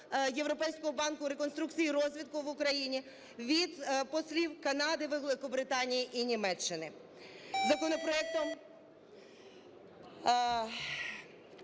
Європейського банку реконструкції і розвитку в Україні, від послів Канади, Великобританії і Німеччини.